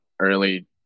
early